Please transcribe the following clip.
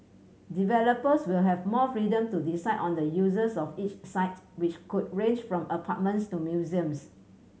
developers will have more freedom to decide on the uses of each site which could range from apartments to museums